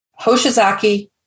Hoshizaki